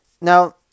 Now